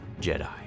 Jedi